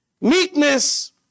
Meekness